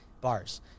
bars